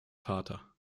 vater